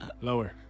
Lower